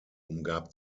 umgab